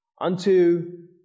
unto